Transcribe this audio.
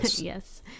Yes